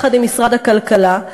יחד עם משרד הכלכלה,